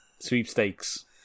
sweepstakes